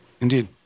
Indeed